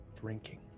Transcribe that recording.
drinking